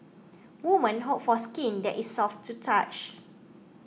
woman hope for skin that is soft to touch